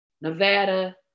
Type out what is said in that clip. Nevada